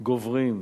גוברים.